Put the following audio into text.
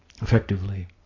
effectively